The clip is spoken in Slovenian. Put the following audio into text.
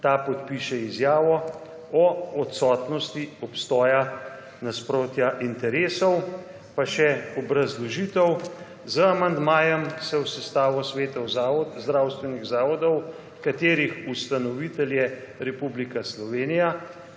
ta podpiše izjavo o odsotnosti obstoja nasprotja interesov.« Pa še obrazložitev: »Z amandmajem se v sestavo svetov zdravstvenih zavodov, katerih ustanovitelj je Republika Slovenija,